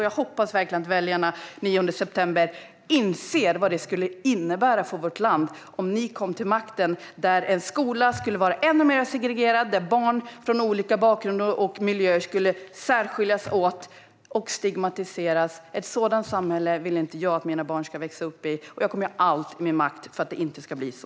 Jag hoppas verkligen att väljarna den 9 september inser vad det skulle innebära för vårt land om ni kom till makten. Skolan skulle vara ännu mer segregerad. Barn från olika bakgrunder och miljöer skulle skiljas åt och stigmatiseras. Ett sådant samhälle vill inte jag att mina barn ska växa upp i, och jag kommer att göra allt i min makt för att det inte ska bli så.